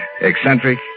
Eccentric